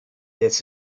this